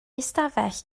ystafell